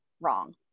wrong